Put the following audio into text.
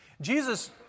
Jesus